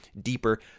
deeper